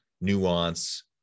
nuance